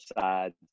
sides